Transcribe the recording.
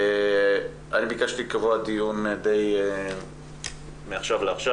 אני ביקשתי לקבוע דיון די מעכשיו לעכשיו